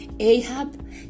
Ahab